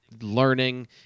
learning